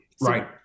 Right